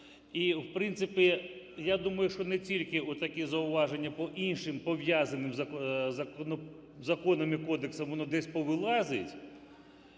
І в принципі я думаю, що не тільки такі зауваження по іншим пов'язаним законам і кодексам воно десь повилазить.